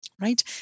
right